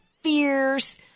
fierce